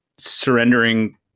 surrendering